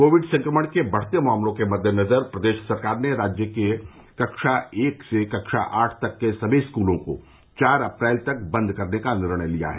Covid संक्रमण के बढ़ते मामलों के मद्देनजर प्रदेश सरकार ने राज्य के कक्षा एक से कक्षा आठ तक के सभी स्कूलों को चार अप्रैल तक बंद करने का निर्णय लिया है